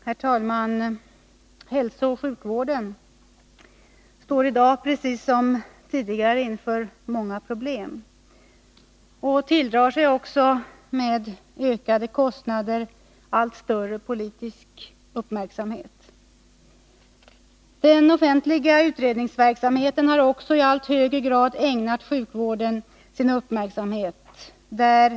Herr talman! Hälsooch sjukvården står i dag som tidigare inför många problem, och den tilldrar sig med ökade kostnader allt större politisk uppmärksamhet. Den offentliga utredningsverksamheten har också i allt högre grad ägnat sjukvården sin uppmärksamhet.